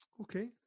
Okay